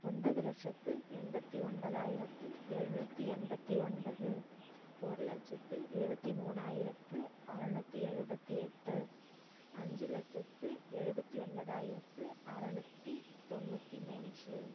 ஒன்பது லட்சத்து எண்பத்து ஒன்பதாயிரத்து எழுநூற்றி எண்பத்து ஒன்பது ஒரு லட்சத்து இருபத்தி மூனாயிரத்து அறநூற்றி எழுபத்தி எட்டு அஞ்சு லட்சத்து எழுபத்தி ஒன்பதாயிரத்து அறநூற்றிதொண்ணூற்றி மூன்று